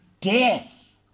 death